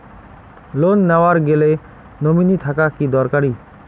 Loan নেওয়ার গেলে nominee থাকা কি দরকারী?